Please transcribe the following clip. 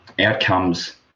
outcomes